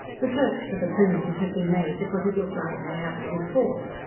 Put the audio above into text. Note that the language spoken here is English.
the search for the plumies had been made because it looked like they had to be fought.